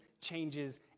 changes